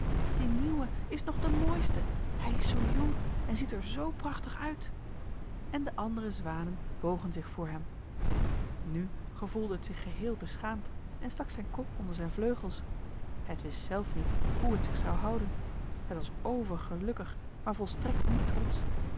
die nieuwe is nog de mooiste hij is zoo jong en ziet er zoo prachtig uit en de andere zwanen bogen zich voor hem nu gevoelde het zich geheel beschaamd en stak zijn kop onder zijn vleugels het wist zelf niet hoe het zich zou houden het was overgelukkig maar volstrekt niet trotsch